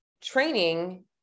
training